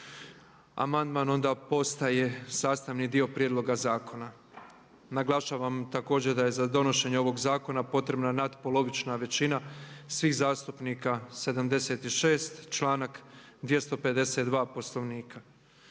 Sada prelazimo na glasovanje o samom zakonu. Naglašavam da je za donošenje ovog zakona potrebna nadpolovična većina svih zastupnika 76, članak 252. Poslovnika.